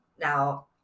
Now